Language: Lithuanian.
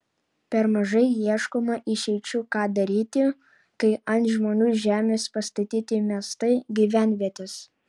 per mažai ieškoma išeičių ką daryti kai ant žmonių žemės pastatyti miestai gyvenvietės